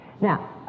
Now